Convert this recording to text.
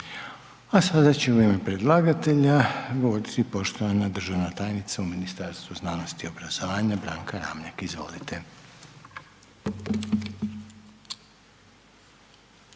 A sada će u ime predlagatelja govoriti poštovana državna tajnica u Ministarstvu znanosti i obrazovanja, Branka Ramljak. Izvolite.